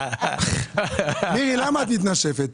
מירי, למה את מתנשפת?